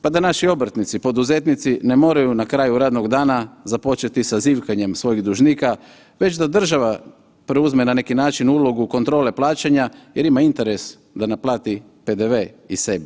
Pa da naši obrtnici, poduzetnici ne moraju na kraju radnog dana započeti sa zivkanjem svojih dužnika, već da država preuzme, na neki način ulogu kontrole plaćanja jer ima interes da naplati PDV i sebi.